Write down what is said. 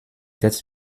text